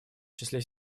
числе